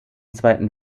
zweiten